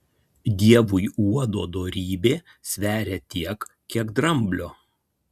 dievui uodo dorybė sveria tiek kiek dramblio